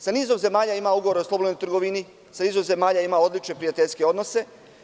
Sa nizom zemalja ima ugovor o slobodnoj trgovini, sa nizom zemalja ima odlične prijateljske odnose.